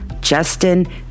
Justin